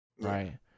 right